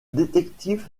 détective